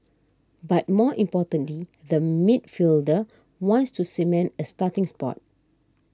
but more importantly the midfielder wants to cement a starting spot